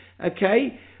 okay